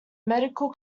medical